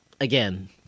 again